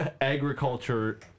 Agriculture